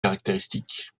caractéristiques